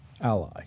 ally